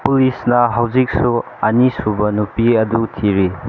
ꯄꯨꯂꯤꯁꯅ ꯍꯧꯖꯤꯛꯁꯨ ꯑꯅꯤꯁꯨꯕ ꯅꯨꯄꯤ ꯑꯗꯨ ꯊꯤꯔꯤ